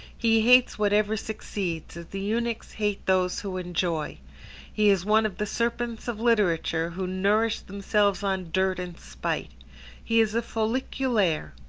he hates whatever succeeds, as the eunuchs hate those who enjoy he is one of the serpents of literature who nourish themselves on dirt and spite he is a folliculaire.